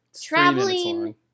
traveling